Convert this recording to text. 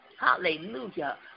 Hallelujah